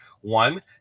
One